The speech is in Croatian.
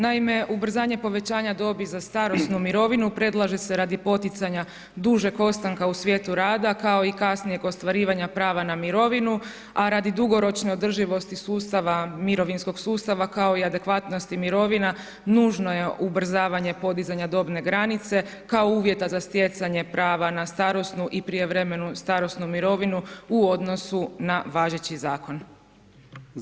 Naime ubrzanje povećanja dobi za starosnu mirovinu predlaže se radi poticanja dužeg ostanka u svijetu rada kao i kasnijeg ostvarivanja prava na mirovinu a radi dugoročne održivosti sustava, mirovinskog sustava, kao i adekvatnosti mirovina nužno je ubrzavanje podizanja dobne granice kao uvjeta za stjecanje prava na starosnu i prijevremenu starosnu mirovinu u odnosu na važeći zakon.